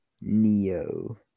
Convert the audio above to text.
Neo